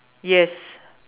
yes